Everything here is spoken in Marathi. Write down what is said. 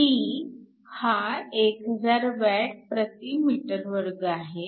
P हा 1000Wm2 आहे